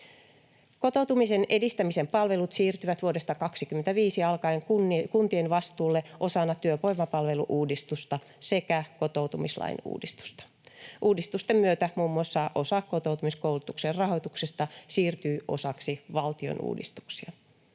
Kotoutumisen edistämisen palvelut siirtyvät vuodesta 25 alkaen kuntien vastuulle osana työvoimapalvelu-uudistusta sekä kotoutumislain uudistusta. Uudistusten myötä muun muassa osa kotoutumiskoulutuksen rahoituksesta siirtyy osaksi valtion uudistuksia.